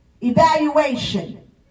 evaluation